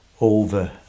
over